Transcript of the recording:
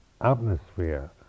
atmosphere